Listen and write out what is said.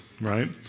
right